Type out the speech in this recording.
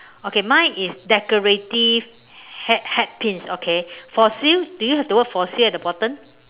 okay mine is decorative hair hair pin okay for sale do you have for sale at the bottom